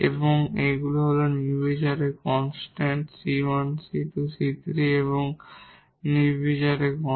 আর এগুলো হলো নির্বিচারে কনস্ট্যান্ট 𝑐1 𝑐2 𝑐3